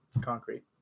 concrete